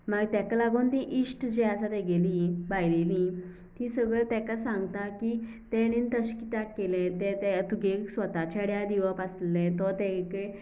मागी ताका लागून ती इश्ट जी आसा तेगेली बायलेली तीं सगळीं ताका सांगता की तेणेन तशें किद्या केलें तें तुगे स्वता चेड्या दिवप आसलें तो तेगे